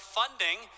funding